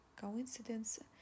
coincidence